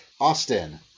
Austin